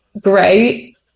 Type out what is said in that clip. great